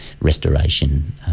restoration